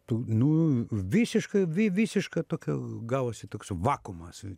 tų nu visiškai vi visiška tokia gavosi toks vakuumas